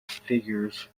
figures